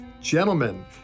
Gentlemen